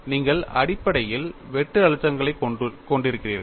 நீங்கள் அடிப்படையில் வெட்டு அழுத்தங்களைக் கொண்டிருக்கிறீர்கள்